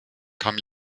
kam